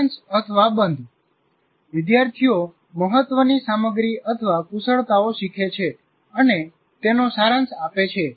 સારાંશ અથવા બંધ વિદ્યાર્થીઓ મહત્વની સામગ્રી અથવા કુશળતા શીખે છે અને તેનો સારાંશ આપે છે